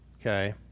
Okay